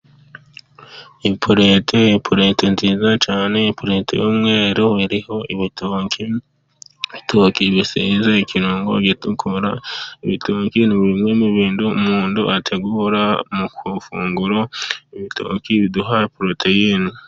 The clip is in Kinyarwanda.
Iparato, iparato nziza cyane, iparato y'umweru iriho ibitoki, ibitoki bisize ikirungo gitukura. Ibitoki ni bimwe bintu umuntu ategura ku ifunguro, ibitoki biduha poroteyine.